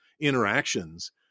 interactions